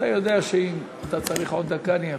אתה יודע שאם אתה צריך עוד דקה, אני אאפשר.